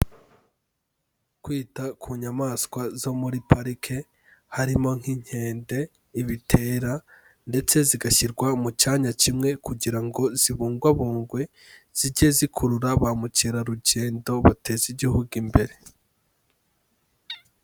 Kwita ku nyamaswa zo muri parike, harimo nk'inkende, ibitera ndetse zigashyirwa mu cyanya kimwe kugira ngo zibungwabungwe, zijye zikurura ba mukerarugendo bateze igihugu imbere.